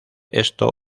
esto